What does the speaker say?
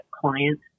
client